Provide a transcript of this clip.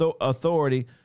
authority